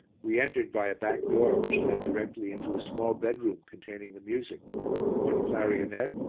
we entered by a back door which led directly into a small bedroom containing the music one clarionet,